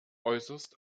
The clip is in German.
äußerst